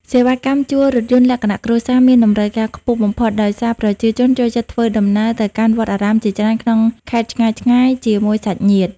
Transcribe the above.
សេវាកម្មជួលរថយន្តលក្ខណៈគ្រួសារមានតម្រូវការខ្ពស់បំផុត ដោយសារប្រជាជនចូលចិត្តធ្វើដំណើរទៅកាន់វត្តអារាមជាច្រើនក្នុងខេត្តឆ្ងាយៗជាមួយសាច់ញាតិ។